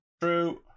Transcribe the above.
True